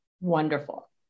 Wonderful